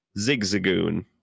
Zigzagoon